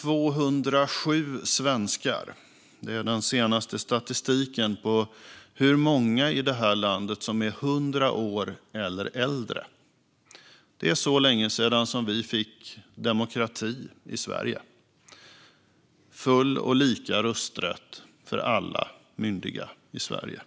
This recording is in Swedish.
207 svenskar - det är den senaste statistiken över hur många i det här landet som är 100 år eller äldre. Det är så länge sedan vi fick demokrati i Sverige med full och lika rösträtt för alla myndiga i Sverige.